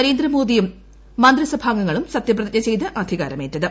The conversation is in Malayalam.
നരേന്ദ്രമോദിയും മന്ത്രിസഭാംഗങ്ങളും സത്യപ്രതിജ്ഞ ചെയ്ത് അധികാരമേറ്റത്